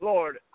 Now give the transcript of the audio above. Lord